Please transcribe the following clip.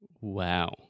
Wow